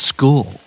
School